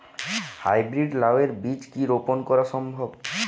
High breed লাও এর বীজ কি রোপন করা সম্ভব?